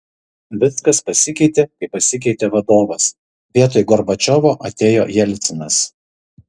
viskas pasikeitė kai pasikeitė vadovas vietoj gorbačiovo atėjo jelcinas